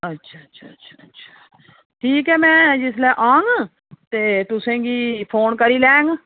अच्छा अच्छा अच्छा अच्छा ठीक ऐ मैं जिसलै आंङ ते तुसेंगी फोन करी लैङ